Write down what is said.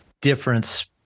difference